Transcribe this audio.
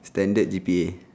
standard G_P_A